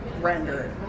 rendered